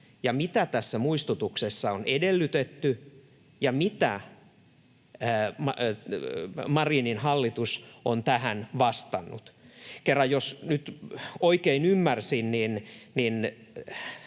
Mitä tässä muistutuksessa on edellytetty, ja mitä Marinin hallitus on tähän vastannut? Jos nyt oikein ymmärsin,